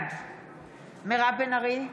בעד מירב בן ארי,